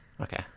Okay